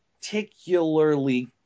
particularly